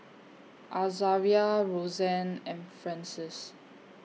Azaria Rosanne and Francis